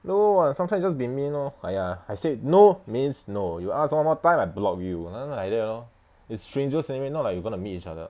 no ah sometimes just be mean lor !aiya! I say no means no you ask one more time I block you ah like that lor is stranger same only not like you are going to meet each other